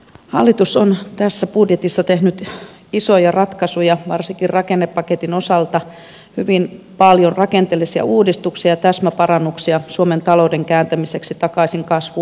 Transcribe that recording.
hallitus on tässä budjetissa tehnyt isoja ratkaisuja varsinkin rakennepaketin osalta hyvin paljon rakenteellisia uudistuksia ja täsmäparannuksia suomen talouden kääntämiseksi takaisin kasvu uralle